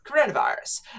coronavirus